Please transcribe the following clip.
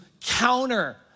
counter